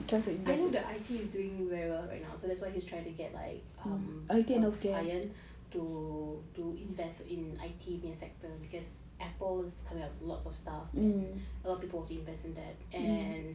I know that I_T is doing very well right now so that's why he's trying to get like um all his clients to invest in I_T sector because Apple is coming up lots of stuff um a lot of people will invest in that and